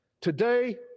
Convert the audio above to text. Today